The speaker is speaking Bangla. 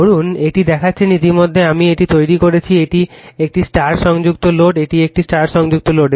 ধরুন একটি দেখেছেন ইতিমধ্যেই আমি এটি তৈরি করেছি এটি একটি স্টার সংযুক্ত লোড এটি একটি স্টার সংযুক্ত লোড